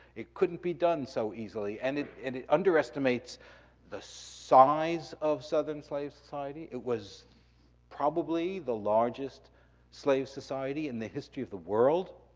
it couldn't be done so easily. and it and it underestimates the size of southern slave society. it was probably the largest slave society in the history of the world.